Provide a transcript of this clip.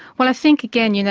well i think, again, you know